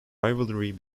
rivalry